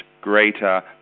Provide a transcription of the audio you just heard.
greater